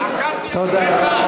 עקבתי אחריך,